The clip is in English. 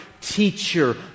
teacher